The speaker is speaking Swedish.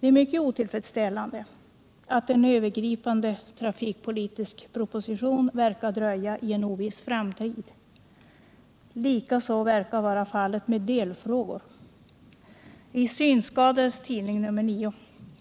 Det är mycket otillfredsställande att en övergripande trafikpolitisk proposition verkar dröja till en oviss framtid. Detsamma verkar vara fallet med delfrågor. I de synskadades tidning nr 9